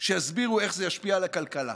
שיסבירו איך זה ישפיע על הכלכלה.